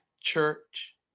church